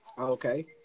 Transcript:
okay